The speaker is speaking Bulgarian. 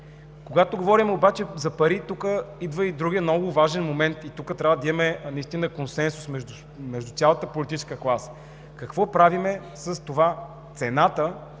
Когато говорим обаче за пари, тук идва и другият много важен момент – трябва да имаме наистина консенсус между цялата политическа класа. Какво правим с това цената